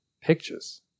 pictures